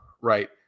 right